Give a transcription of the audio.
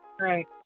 Right